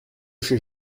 chez